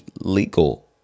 legal